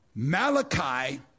Malachi